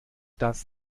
das